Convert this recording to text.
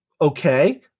Okay